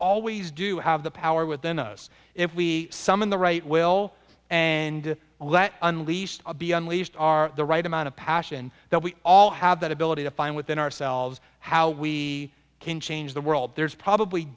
always do have the power within us if we summon the right will and will that unleashed be unleashed are the right amount of passion that we all have that ability to find within ourselves how we can change the world there's probably